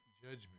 judgment